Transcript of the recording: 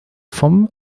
vom